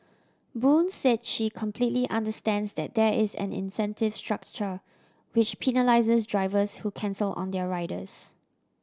Boon said she completely understands that there is an incentive structure which penalises drivers who cancel on their riders